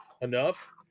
enough